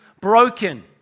broken